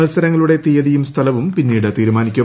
മത്സരങ്ങളുടെ തീയതിയും സ്ഥലവും പിന്നീട് തീരുമാനിക്കും